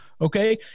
Okay